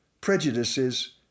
prejudices